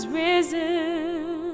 risen